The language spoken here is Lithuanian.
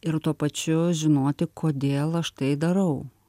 ir tuo pačiu žinoti kodėl aš tai darau